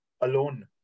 alone